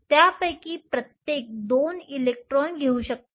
त्यापैकी प्रत्येक 2 इलेक्ट्रॉन घेऊ शकतो